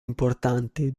importante